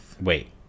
Wait